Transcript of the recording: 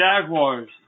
Jaguars